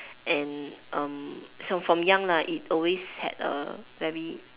and um so from young lah it always had a very